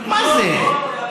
מה זה?